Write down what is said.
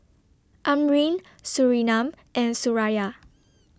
Amrin Surinam and Suraya